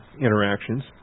interactions